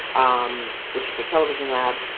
um which is a television lab.